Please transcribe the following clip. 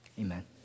Amen